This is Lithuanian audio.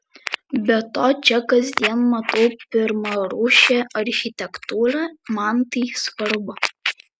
be to čia kasdien matau pirmarūšę architektūrą man tai svarbu